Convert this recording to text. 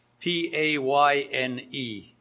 P-A-Y-N-E